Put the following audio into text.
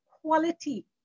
quality